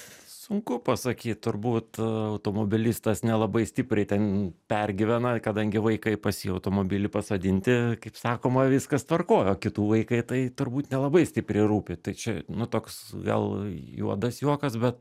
sunku pasakyt turbūt automobilistas nelabai stipriai ten pergyvena kadangi vaikai pas jį automobily pasodinti kaip sakoma viskas tvarkoj o kitų vaikai tai turbūt nelabai stipriai rūpi tai čia nu toks gal juodas juokas bet